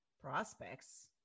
prospects